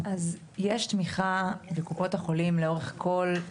יש לנו נציג של קופת החולים עכשיו.